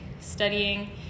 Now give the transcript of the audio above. studying